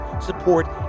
support